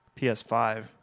PS5